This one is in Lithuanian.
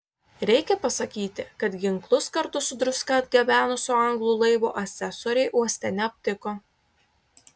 reikia pasakyti kad ginklus kartu su druska atgabenusio anglų laivo asesoriai uoste neaptiko